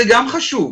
זה גם חשוב.